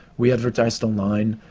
we advertised online,